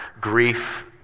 grief